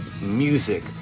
music